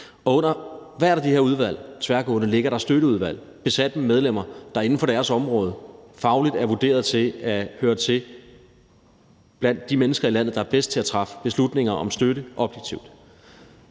under hvert af de her tværgående udvalg ligger der støtteudvalg besat med medlemmer, der inden for deres område fagligt er vurderet til at høre til blandt de mennesker i landet, der er bedst til at træffe beslutninger om støtte objektivt.